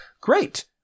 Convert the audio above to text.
great